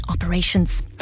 operations